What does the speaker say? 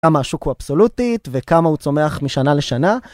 כמה השוק הוא אבסולוטית, וכמה הוא צומח משנה לשנה.